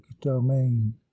domain